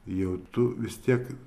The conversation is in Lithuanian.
jau tu vis tiek